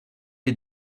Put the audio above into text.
est